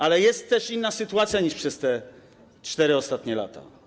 Ale jest też inna sytuacja niż przez te 4 ostatnie lata.